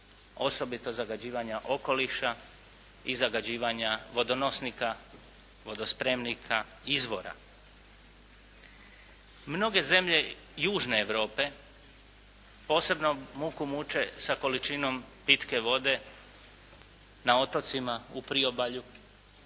osobito zagađivanja okoliša i zagađivanja vodonosnika, vodospremnika, izvora. Mnoge zemlje južne Europe, posebno muku muče sa količinom pitke vode na otocima, u priobalju,